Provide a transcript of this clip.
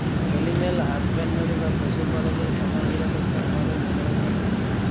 animal husbandry বা পশু পাললের খামার গুলা থেক্যে হামাদের ম্যালা রকমের সুবিধা হ্যয়